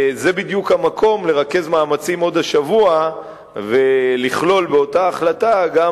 זה בדיוק המקום לרכז מאמצים עוד השבוע ולכלול באותה החלטה גם